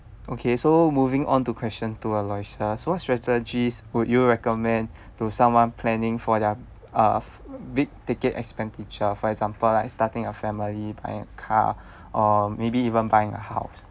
okay so moving on to question two aloysius so what strategies would you recommend to someone planning for their uh f~ big ticket expenditure for example like starting a family buying a car or maybe even buying a house